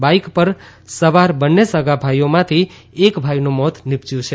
bike પર સવાર બન્ને સગાંભાઇઓમાંથી એક ભાઇનું મોત નિપશ્યું છે